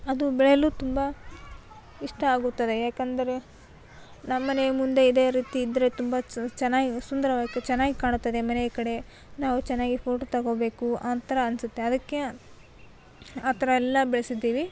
ಅದು ಬೆಳೆಯಲು ತುಂಬ ಇಷ್ಟ ಆಗುತ್ತದೆ ಯಾಕೆಂದರೆ ನಮ್ಮನೆಯ ಮುಂದೆ ಇದೇ ರೀತಿ ಇದ್ದರೆ ತುಂಬ ಚನ್ ಚೆನ್ನಾಗಿ ಸುಂದರವಾಗಿ ಚೆನ್ನಾಗಿ ಕಾಣುತ್ತದೆ ಮನೆಯ ಕಡೆ ನಾವು ಚೆನ್ನಾಗಿ ಫೋಟೋ ತಗೊಳ್ಬೇಕು ಆ ಥರ ಅನ್ನಿಸುತ್ತೆ ಅದಕ್ಕೆ ಆ ಥರ ಎಲ್ಲ ಬೆಳೆಸಿದ್ದೀವಿ